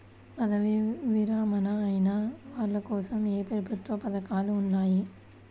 పదవీ విరమణ అయిన వాళ్లకోసం ఏ ప్రభుత్వ పథకాలు ఉన్నాయి?